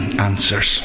answers